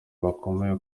bakomeye